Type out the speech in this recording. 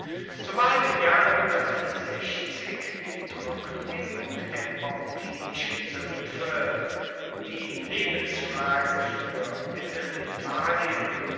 so ward im jahre die trockenlegung der pomptinischen sümpfe die lebensfrage für